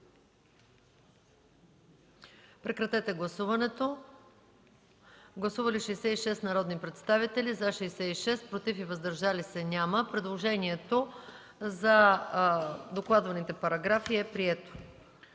61, 62, 63, 64 и 65. Гласували 66 народни представители: за 66, против и въздържали се няма. Предложението за докладваните параграфи е прието.